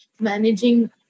managing